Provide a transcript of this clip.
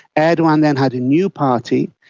erdogan then had a new party,